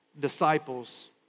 disciples